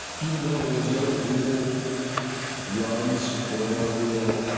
even though there was no real runs were no real